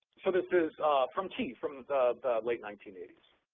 so this is from t from the late nineteen eighty